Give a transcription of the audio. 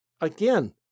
Again